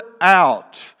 out